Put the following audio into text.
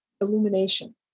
illumination